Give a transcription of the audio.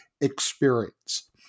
experience